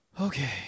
Okay